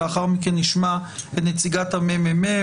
לאחר מכן נשמע את נציגת הממ"מ,